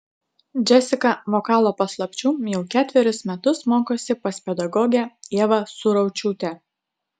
džesika vokalo paslapčių jau ketverius metus mokosi pas pedagogę ievą suraučiūtę